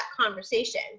conversation